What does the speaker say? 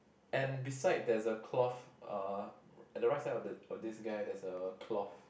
and beside there's a cloth uh at the right side of the of this guy there's a cloth